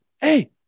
hey